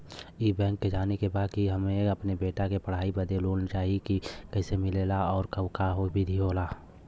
ई बैंक से जाने के बा की हमे अपने बेटा के पढ़ाई बदे लोन चाही ऊ कैसे मिलेला और का विधि होला?